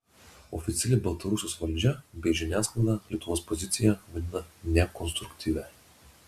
oficiali baltarusijos valdžia bei žiniasklaida lietuvos poziciją vadina nekonstruktyvia